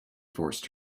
forced